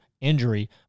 injury